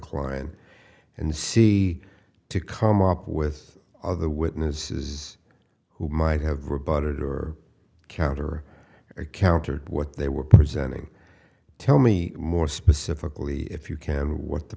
client and see to come up with other witnesses who might have rebutted or counter or counter what they were presenting tell me more specifically if you can what the